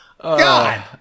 God